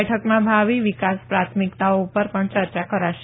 બેઠકમાં ભાવિ વિકાસ પ્રાથમિકતાઓ ઉપર પણ ચર્ચા કરાશે